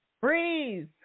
Breeze